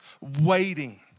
waiting